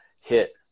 hit